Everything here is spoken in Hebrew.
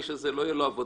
לאדם הזה לא תהיה עבודה,